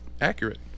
accurate